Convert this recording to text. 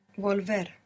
Volver